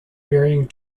varying